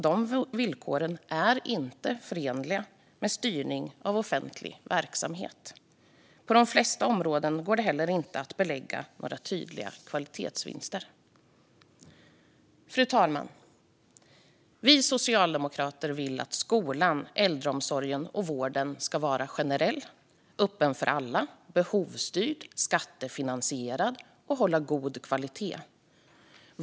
De villkoren är inte förenliga med styrning av offentlig verksamhet. På de flesta områden går det heller inte att belägga några tydliga kvalitetsvinster. Fru talman! Vi socialdemokrater vill att skolan, äldreomsorgen och vården ska vara generell, öppen för alla, behovsstyrd, skattefinansierad och hålla god kvalitet.